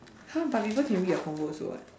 !huh! but people can read your convo also [what]